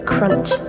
Crunch